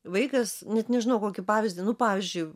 vaikas net nežinau kokį pavyzdį nu pavyzdžiui